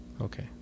Okay